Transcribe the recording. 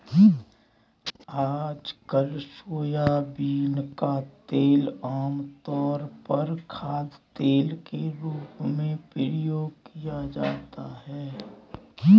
आजकल सोयाबीन का तेल आमतौर पर खाद्यतेल के रूप में प्रयोग किया जाता है